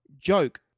joke